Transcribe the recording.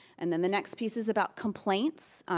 and then the next piece is about complaints.